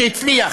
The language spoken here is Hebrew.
שהצליח